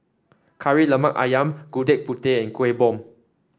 Kari Lemak ayam Gudeg Putih and Kuih Bom